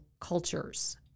cultures